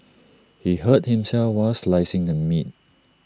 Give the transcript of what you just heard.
he hurt himself while slicing the meat